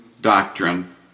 doctrine